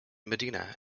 medina